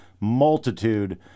multitude